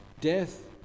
death